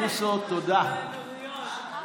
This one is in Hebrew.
אביר קארה איים עליו: